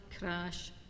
crash